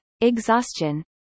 exhaustion